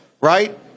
right